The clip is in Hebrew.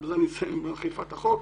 ובזה אני אסיים עם אכיפת החוק.